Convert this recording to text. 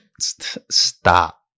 stop